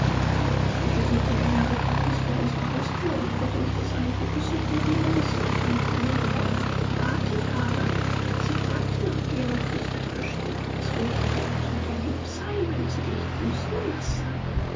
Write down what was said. ich begegnete ella ritterhus vor unsrer haustür und konnte mich des eindruckes nicht erwehren daß sie auf mein kommen gehofft gewartet habe sie fragte nach dir und flüsterte beschämt ob es wohl korrekt und dir lieb sei wenn sie dich grüßen lasse